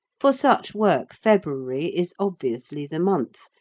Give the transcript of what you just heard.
for such work february is obviously the month,